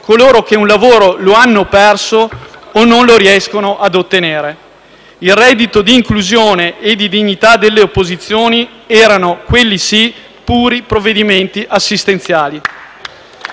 coloro che un lavoro lo hanno perso o non lo riescono ad ottenere. Il reddito di inclusione e di dignità delle opposizioni erano, quelli sì, puri provvedimenti assistenziali.